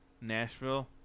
Nashville